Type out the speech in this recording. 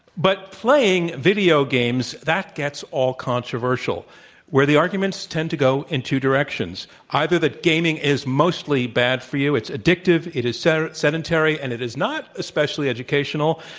but, playing video games, that gets all controversial where the arguments tend to go in two directions, either that gaming is mostly bad for you. it's addictive, it is so sedentary, and it is not especially educational.